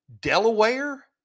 Delaware